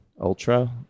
Ultra